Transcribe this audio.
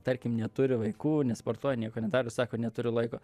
tarkim neturi vaikų nesportuoja nieko nedaro sako neturiu laiko